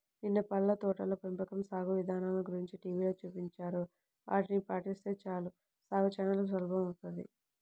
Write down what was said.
నిన్న పళ్ళ తోటల పెంపకం సాగు ఇదానల గురించి టీవీలో చూపించారు, ఆటిని పాటిస్తే చాలు సాగు చానా సులభమౌతది